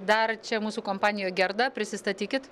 dar čia mūsų kompanijoj gerda prisistatykit